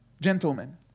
gentlemen